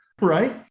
Right